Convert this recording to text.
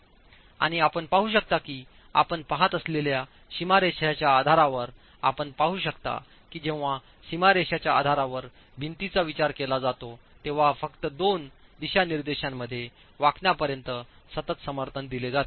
आणि आपण पाहू शकता की आपण पहात असलेल्या सीमारेषाच्या आधारावर आपण पाहू शकता की जेव्हा सीमारेषाच्या आधारावर भिंतीचा विचार केला जातो तेव्हा फक्त 2 दिशानिर्देशांमध्ये वाकण्यापर्यंत सतत समर्थन दिले जाते